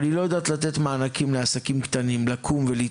אבל היא לא יודעת לתת מענקים לעסקים קטנים להתרחב,